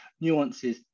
nuances